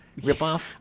ripoff